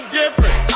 different